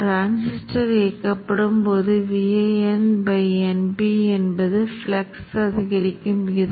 நீங்கள் செறிவூட்டலைப் பார்க்க விரும்பினால் மட்டுமே மையத்தை நிறைவுற்றதாக மாற்றுவதற்கு நீங்கள் ஏதாவது சேர்க்க வேண்டும்